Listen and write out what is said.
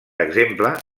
exemple